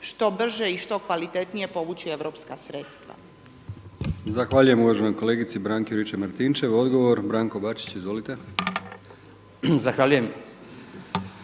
što brže i što kvalitetnije povući europska sredstva.